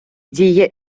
дії